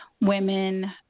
women